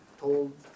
told